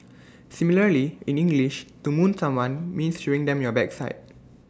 similarly in English to moon someone means showing them your backside